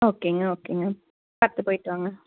ஓகேங்க ஓகேங்க பார்த்து போயிட்டு வாங்க